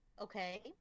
okay